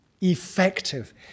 effective